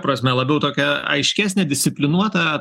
prasme labiau tokia aiškesnė disciplinuota